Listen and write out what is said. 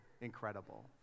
incredible